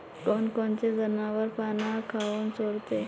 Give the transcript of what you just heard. कोनकोनचे जनावरं पाना काऊन चोरते?